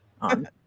on